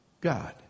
God